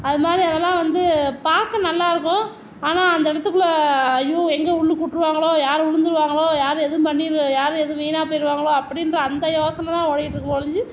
அதுமாரி இதல்லாம் வந்து பார்க்க நல்லா இருக்கும் ஆனால் அந்த இடத்துக்குள்ள ஐயோ எங்கே உள்ளுக்குள் விட்டுருவாங்களோ யாரும் விழுந்துருவாங்களோ யாரும் ஏதும் பண்ணி யாரும் ஏதும் வீணாக போய்ருவாங்களோ அப்படின்ற அந்த யோசனை தான் ஓடிகிட்டு இருக்கும் ஒழிஞ்சி